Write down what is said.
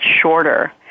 shorter